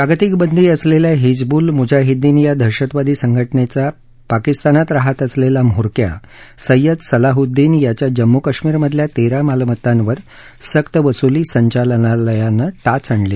जागतिक बंदी असलेल्या हिजबूल मुजाहिद्दीन या दहशतवादी संघटनेचा पाकिस्तान रहात असलेला म्होरक्या सय्यद सलाहूद्वीन याच्या जम्मू कश्मीर मधल्या तेरा मालमत्तांवर सक्तवसुली संचालनालयानं टाच आणली